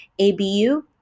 abu